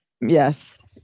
Yes